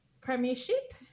Premiership